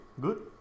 Good